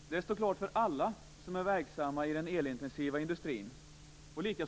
Herr talman! Det står klart för alla som är verksamma i den elintensiva industrin